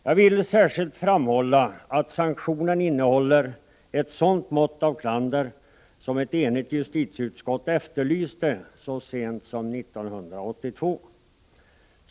Jag vill särskilt framhålla att sanktionen innehåller ett sådant mått av klander som ett enigt justitieutskott efterlyste så sent som 1982.